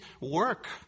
work